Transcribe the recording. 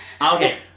okay